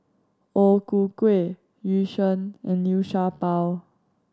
O Ku Kueh Yu Sheng and Liu Sha Bao